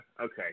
Okay